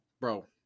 Bro